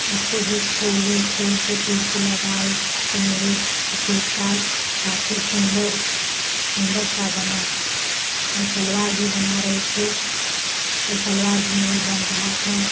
उसको भी खोली खोल के फिर से लगाई तो फिर मेरे शूट का काफ़ी सुन्दर सुन्दर सा बना और सलवार भी बना रही थी तो सलवार भी नहीं बन रहा था